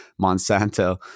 monsanto